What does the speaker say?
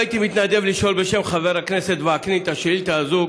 לא הייתי מתנדב לשאול בשם חבר הכנסת וקנין את השאילתה הזאת,